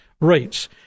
rates